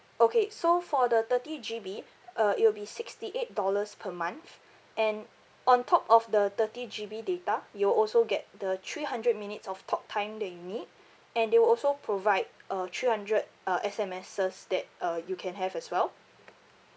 okay so for the thirty G_B uh it will be sixty eight dollars per month and on top of the thirty G_B data you will also get the three hundred minutes of talk time that you need and they will also provide uh three hundred uh S_M_Ses that uh you can have as well